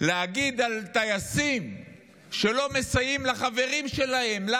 להגיד על טייסים שהם לא מסייעים לחברים שלהם מסיבות מצפוניות,